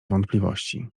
wątpliwości